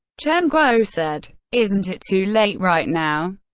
chen guo said. isn't it too late right now?